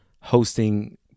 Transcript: hosting